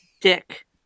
Dick